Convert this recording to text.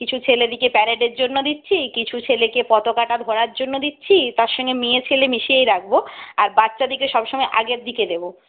কিছু ছেলেদেরকে প্যারেডের জন্য দিচ্ছি কিছু ছেলেকে পতাকাটা ধরার জন্য দিচ্ছি তার সঙ্গে মেয়েছেলে মিশিয়েই রাখবো আর বাচ্চাদিকে সবসময় আগের দিকে দেবো